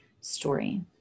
story